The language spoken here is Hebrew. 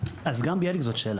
אז גם ביאליק זאת שאלה,